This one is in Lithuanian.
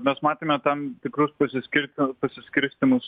mes matėme tam tikrus pasiskirst pasiskirstymus